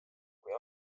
kui